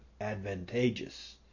advantageous